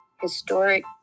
historic